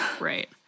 Right